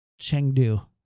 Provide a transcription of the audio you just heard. Chengdu